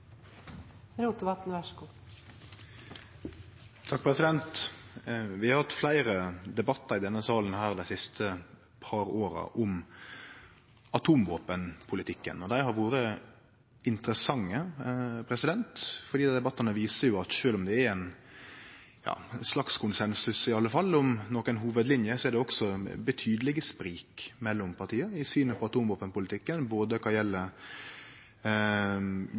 Vi har hatt fleire debattar i denne salen dei siste par åra om atomvåpenpolitikken. Dei har vore interessante fordi debattane viser at sjølv om det er ein slags konsensus i alle fall om nokre hovudlinjer, er det også betydelege sprik mellom partia i synet på atomvåpenpolitikken, både